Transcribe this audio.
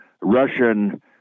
Russian